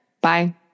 Bye